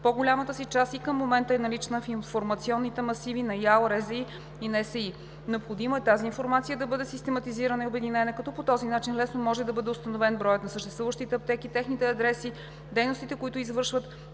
по-голямата си част и към момента е налична в информационните масиви на ИАЛ, РЗИ и НСИ. Необходимо е тази информация да бъде систематизирана и обединена, като по този начин лесно може да бъде установен броят на съществуващите аптеки, техните адреси, дейностите, които извършват,